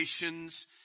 nations